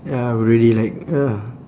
ya we already like ya